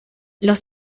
los